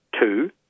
two